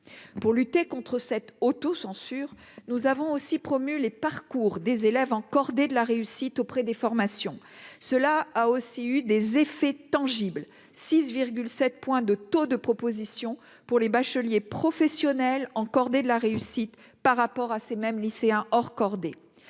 pour lutter contre cette auto-censure, nous avons aussi promu les parcours des élèves en cordées de la réussite auprès des formations, cela a aussi eu des effets tangibles, 6, 7 points de taux de propositions pour les bacheliers professionnels en cordées de la réussite par rapport à ces mêmes lycéens or cordée